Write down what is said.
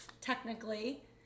technically